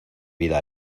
vida